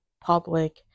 public